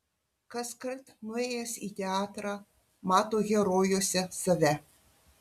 kaskart nuėjęs į teatrą mato herojuose save